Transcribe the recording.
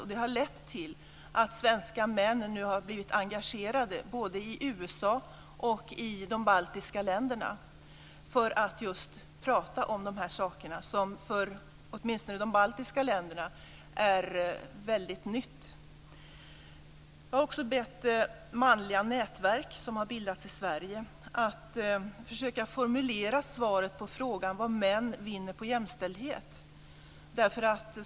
Och det har lett till att svenska män nu har blivit engagerade i USA och i de baltiska länderna för att just tala om dessa saker som för åtminstone de baltiska länderna är något väldigt nytt. Jag har också bett manliga nätverk som har bildats i Sverige att försöka formulera svaret på frågan vad män vinner på jämställdhet.